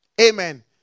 Amen